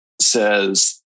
says